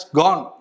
gone